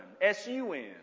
S-U-N